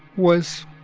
was,